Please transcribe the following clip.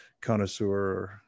connoisseur